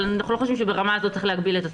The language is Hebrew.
אבל אנחנו לא חושבים שברמה הזאת צריך להגביל את הזכות.